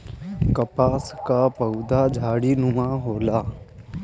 कपास कअ पौधा झाड़ीनुमा होला